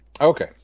Okay